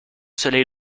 soleil